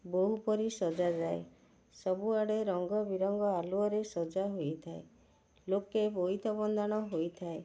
ବୋହୂ ପରି ସଜାଯାଏ ସବୁଆଡ଼େ ରଙ୍ଗବିରଙ୍ଗ ଆଲୁଅରେ ସଜାହେଇଥାଏ ଲୋକେ ବୋଇତ ବନ୍ଦାଣ ହୋଇଥାଏ